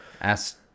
Ask